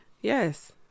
Yes